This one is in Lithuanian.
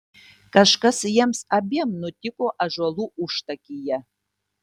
kažkas jiems abiem nutiko ąžuolų užtakyje